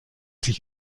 sich